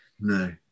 No